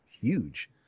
huge